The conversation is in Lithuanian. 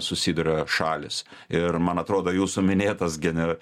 susiduria šalys ir man atrodo jūsų minėtas gene